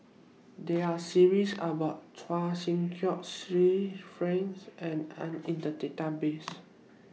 There Are series about Chua Sian Chin Sir Franks and Anita in The Database